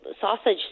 sausage